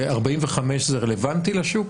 ו-45 זה רלוונטי לשוק?